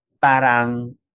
Parang